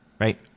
right